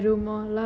orh